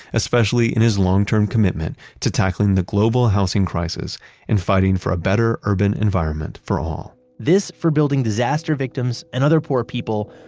especially in his long-term commitment to tackling the global housing crisis and fighting for a better urban environment for all. this, for building disaster victims and other poor people,